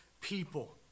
people